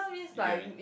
you get what I mean